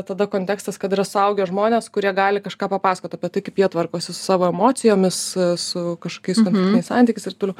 tada kontekstas kad yra suaugę žmonės kurie gali kažką papasakot apie tai kaip jie tvarkosi su savo emocijomis su kažkokiais konkrečiais santykiais ir toliau